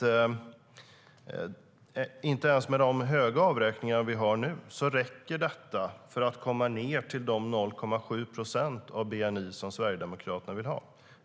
Men inte ens de höga avräkningar som vi har nu räcker för att komma ned till de 0,7 procent av bni som Sverigedemokraterna vill ha.